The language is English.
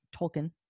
Tolkien